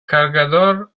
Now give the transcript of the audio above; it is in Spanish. cargador